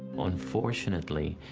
unfortunately,